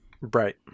Right